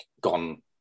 gone